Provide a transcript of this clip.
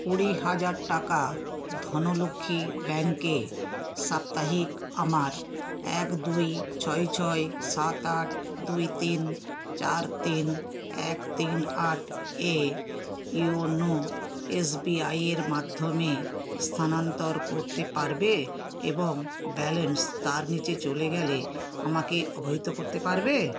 কুড়ি হাজার টাকা ধনলক্ষী ব্যাঙ্কে সাপ্তাহিক আমার এক দুই ছয় ছয় সাত আট দুই তিন চার তিন এক তিন আট এ ইউনো এস বি আই এর মাধ্যমে স্থানান্তর করতে পারবে এবং ব্যালেন্স তার নিচে চলে গেলে আমাকে অবহিত করতে পারবে